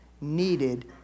needed